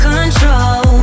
control